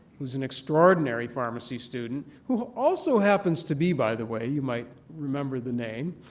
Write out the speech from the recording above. who is an extraordinary pharmacy student who also happens to be, by the way, you might remember the name,